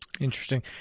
Interesting